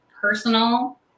personal